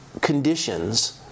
conditions